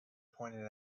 pointed